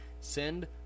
send